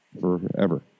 forever